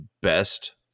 best